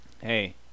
Hey